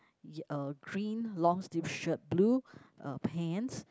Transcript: a green long sleeve shirt blue uh pants